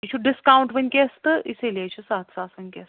یہِ چھُ ڈِسکاوُنٛٹ وُنٛکیٚس تہٕ اسی لیے چھُ سَتھ ساس وُنٛکیٚس